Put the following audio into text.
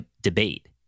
debate